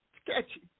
sketchy